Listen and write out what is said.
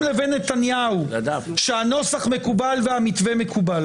לבין נתניהו שהנוסח מקובל והמתווה מקובל.